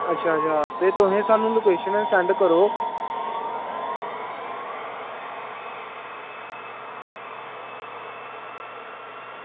अच्छा अच्छा ते तुस सानूं लोकेशन सैंड करो